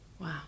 Wow